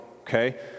Okay